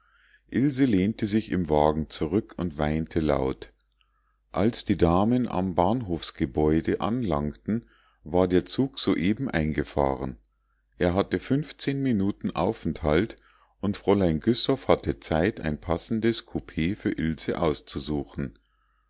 ilse lehnte sich im wagen zurück und weinte laut als die damen am bahnhofgebäude anlangten war der zug soeben eingefahren er hatte fünfzehn minuten aufenthalt und fräulein güssow hatte zeit ein passendes koupee für ilse auszusuchen